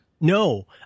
no